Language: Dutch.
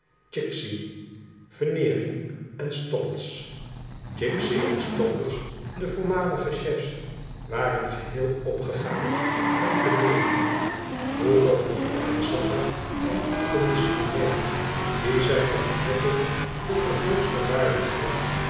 chicksey veneering en stobbles chicksey en stobbles de voormalige chefs waren geheel opgegaan in veneering vroeger hun reiziger en commissionair die zijne verheffing tot de hoogste waardigheid